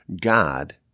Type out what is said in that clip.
God